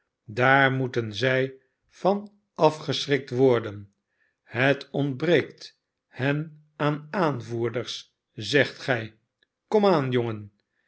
daar moeten zij van afgeschrikt worden het ontbreekt hen aan aanvoerders zegt gij komaan jongen